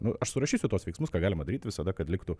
nu aš surašysiu tuos veiksmus ką galima daryt visada kad liktų